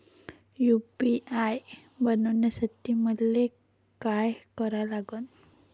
UPI बनवासाठी मले काय करा लागन?